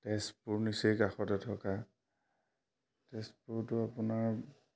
তেজপুৰ নিচেই কাষতে থকা তেজপুৰটো আপোনাৰ